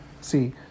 see